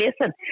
listen